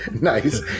Nice